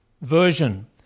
version